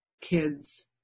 kids